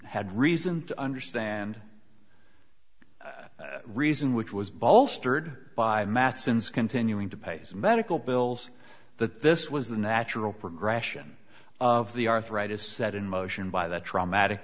had reason to understand reason which was bolstered by matheson's continuing to pay his medical bills that this was the natural progression of the arthritis set in motion by that traumatic